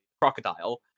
crocodile